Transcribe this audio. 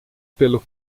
pelo